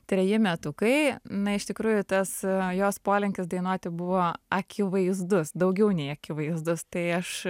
treji metukai na iš tikrųjų tas jos polinkis dainuoti buvo akivaizdus daugiau nei akivaizdus tai aš